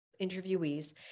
interviewees